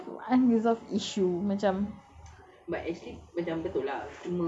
ya because to me like I have unresolved issue macam